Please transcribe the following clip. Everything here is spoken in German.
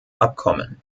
abkommen